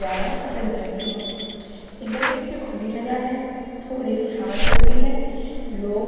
جانا پسند کرتی ہوں انڈیا گیٹ پہ کھلی جگہ ہے تھوڑی سی ہوا چلتی ہے لوگ